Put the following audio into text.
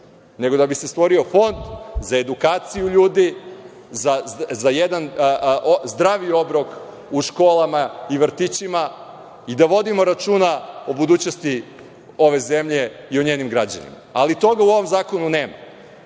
nego da bi se stvorio fond za edukaciju ljudi, za jedan zdravi obrok u školama i vrtićima, da vodimo računa o budućnosti ove zemlje i o njenim građanima. Ali, toga u ovom zakonu nema,